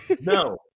No